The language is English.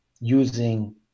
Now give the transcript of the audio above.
using